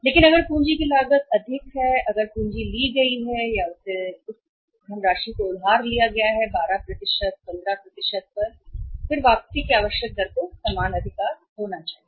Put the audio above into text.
लेकिन अगर पूंजी की लागत अधिक है अगर पूंजी ली गई है या उसे धनराशि उधार ली गई है 12 15 पर उधार लिया गया है फिर वापसी की आवश्यक दर को समान अधिकार होना चाहिए